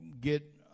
get